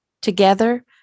Together